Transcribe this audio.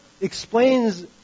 explains